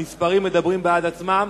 המספרים מדברים בעד עצמם.